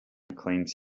claims